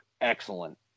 excellent